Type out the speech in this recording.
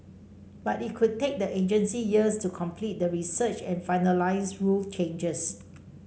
but it could take the agency years to complete the research and finalise rule changes